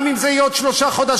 גם אם זה יהיה עוד שלושה חודשים.